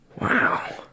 Wow